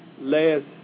last